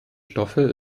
stoffe